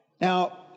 Now